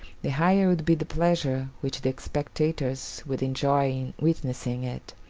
the higher would be the pleasure which the spectators would enjoy in witnessing it.